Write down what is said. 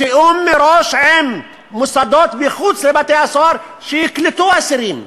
בתיאום מראש עם מוסדות מחוץ לבתי-הסוהר שיקלטו אסירים.